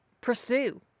pursue